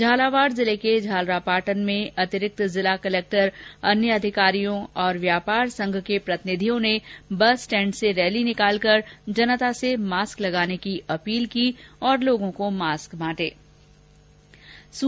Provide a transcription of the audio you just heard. झालावाड़ जिले के झालरापाटन में अतिरिक्त जिला कलेक्टर अन्य अधिकारियों और व्यापार संघ के प्रतिनिधियों ने बस स्टैण्ड से रैली निकाल कर जनता से मास्क लगाने की अपील की और लोगों को मास्क बांटे